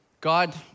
God